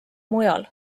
mujal